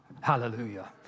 Hallelujah